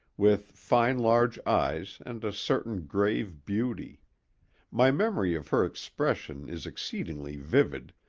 with fine large eyes and a certain grave beauty my memory of her expression is exceedingly vivid,